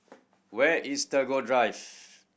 where is Tagore Drive